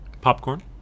popcorn